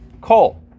coal